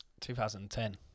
2010